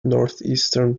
northeastern